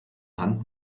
hand